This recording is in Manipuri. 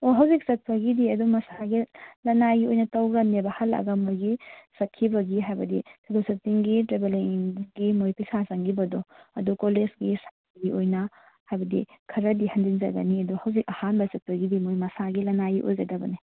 ꯑꯣ ꯍꯧꯖꯤꯛ ꯆꯠꯄꯒꯤꯗꯤ ꯑꯗꯨꯝ ꯃꯁꯥꯒꯤ ꯂꯅꯥꯏꯒꯤ ꯑꯣꯏꯅ ꯇꯧꯔꯅꯦꯕ ꯍꯜꯂꯛꯑꯒ ꯃꯈꯣꯏꯒꯤ ꯆꯇꯈꯤꯕꯒꯤ ꯍꯥꯏꯕꯗꯤ ꯇ꯭ꯔꯦꯕꯦꯜꯂꯤꯡꯒꯤ ꯃꯈꯣꯏꯒꯤ ꯄꯩꯁꯥ ꯆꯪꯈꯤꯕꯗꯣ ꯑꯗꯣ ꯀꯣꯂꯦꯁꯀꯤ ꯑꯣꯏꯅ ꯍꯥꯏꯕꯗꯤ ꯈꯔꯗꯤ ꯍꯟꯖꯤꯟꯖꯒꯅꯤ ꯑꯗꯣ ꯍꯧꯖꯤꯛ ꯑꯍꯥꯟꯕ ꯆꯇꯄꯒꯤꯗꯤ ꯃꯈꯣꯏ ꯃꯁꯥꯒꯤ ꯂꯥꯅꯥꯏꯒꯤ ꯑꯣꯏꯒꯗꯕꯅꯤ